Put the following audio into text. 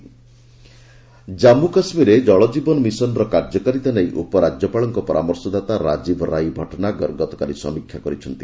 JK Jal Jeevan mission Jammu କାଶ୍ମୀରରେ ଜଳଜୀବନ ମିଶନର କାର୍ଯ୍ୟକାରିତା ନେଇ ଉପରାଜ୍ୟପାଳଙ୍କ ପରାମର୍ଶଦାତା ରାଜୀବ ରାଇ ଭଟନାଗର ଗତକାଲି ସମୀକ୍ଷା କରିଛନ୍ତି